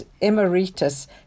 emeritus